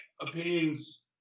opinions